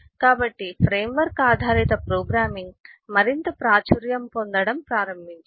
కాబట్టి ఫ్రేమ్వర్క్ ఆధారిత ప్రోగ్రామింగ్ మరింత ప్రాచుర్యం పొందడం ప్రారంభించింది